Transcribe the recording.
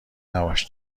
نباش